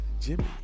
jimmy